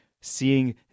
seeing